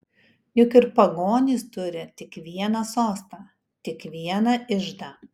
juk ir pagonys turi tik vieną sostą tik vieną iždą